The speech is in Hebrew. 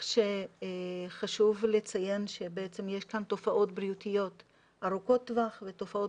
חשוב לציין שיש כאן תופעות בריאותיות ארוכות טווח ותופעות